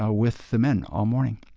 ah with the men all morning.